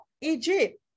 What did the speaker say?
Egypt